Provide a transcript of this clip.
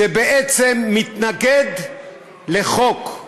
שבעצם מתנגד לחוק.